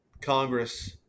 Congress